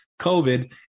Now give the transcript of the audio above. COVID